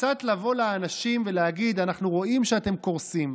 קצת לבוא לאנשים ולהגיד: אנחנו רואים שאתם קורסים,